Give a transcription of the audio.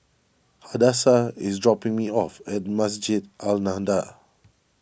Hadassah is dropping me off at Masjid An Nahdhah